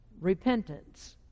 repentance